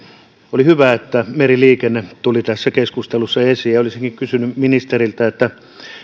oli hyvä että meriliikenne tuli tässä keskustelussa esiin olisinkin siitä kysynyt ministeriltä